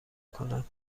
کنم